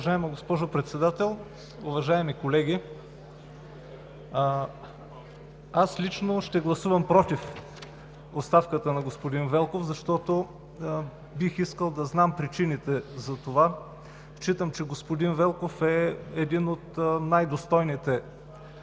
Уважаема госпожо Председател, уважаеми колеги! Аз лично ще гласувам против оставката на господин Велков, защото бих искал да знам причините за това. Считам, че господин Велков е един от най-достойните